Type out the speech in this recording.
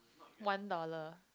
one dollar